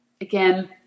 Again